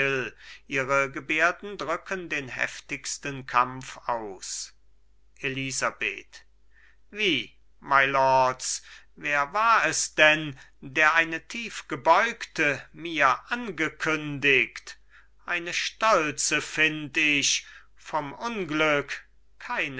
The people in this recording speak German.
ihre gebärden drücken den heftigste kampf aus elisabeth wie mylords wer war es denn der eine tiefgebeugte mir angekündigt eine stolze find ich vom unglück keineswegs